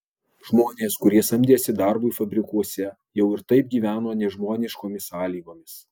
žmonės kurie samdėsi darbui fabrikuose jau ir taip gyveno nežmoniškomis sąlygomis